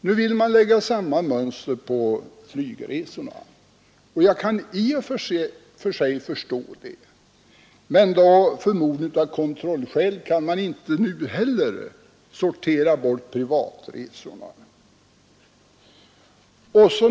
Nu vill man ha samma mönster för flygresorna. Det kan jag i och för sig förstå. Men, förmodligen av kontrollskäl, anser man sig nu inte heller kunna sortera bort privatresorna.